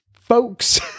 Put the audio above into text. folks